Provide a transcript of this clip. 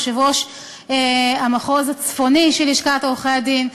יושב-ראש המחוז הצפוני של לשכת עורכי-הדין,